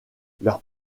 leur